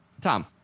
Tom